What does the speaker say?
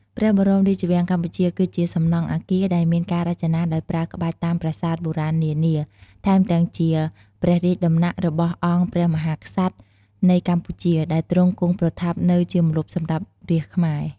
ព្រះបរមរាជវាំងកម្ពុជាគឺជាសំណង់អាគារដែលមានការរចនាដោយប្រើក្បាច់តាមប្រាសាទបុរាណនានា ថែមទាំងជាព្រះរាជដំណាក់របស់អង្គព្រះមហាក្សត្រនៃកម្ពុជា ដែលទ្រង់គង់ប្រថាប់នៅជាម្លប់សម្រាប់រាស្រ្តខ្មែរ ។